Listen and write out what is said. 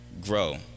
grow